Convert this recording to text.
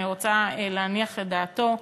אני רוצה להניח את דעתו,